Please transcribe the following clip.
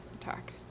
attack